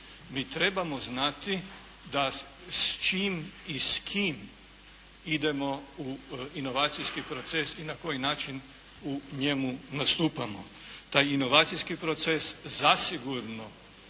Mi trebamo znati da s čim i s kim idemo u inovacijski proces i na koji način u njemu nastupamo. Taj inovacijski proces zasigurno